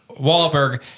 Wahlberg